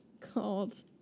called